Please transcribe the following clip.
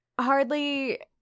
Hardly